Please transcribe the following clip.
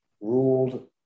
ruled